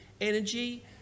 energy